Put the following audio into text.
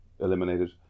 eliminated